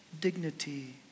dignity